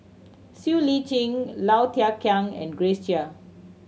Siow Lee Chin Low Thia Khiang and Grace Chia